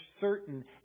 certain